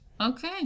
Okay